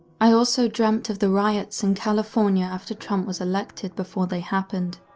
i also dreamt of the riots in california after trump was elected before they happened.